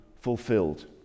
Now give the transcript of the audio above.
fulfilled